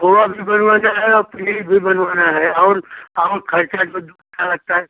खोवा भी बनवाना है और खीर भी बनवाना है और और खर्चा जो दूध का लगता है